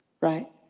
right